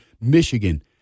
Michigan